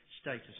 status